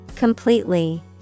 Completely